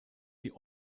die